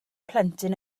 plentyn